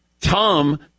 Tom